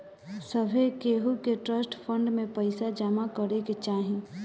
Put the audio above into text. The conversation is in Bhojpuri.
सभे केहू के ट्रस्ट फंड में पईसा जमा करे के चाही